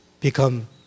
become